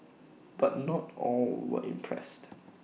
but not all were impressed